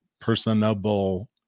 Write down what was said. personable